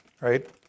right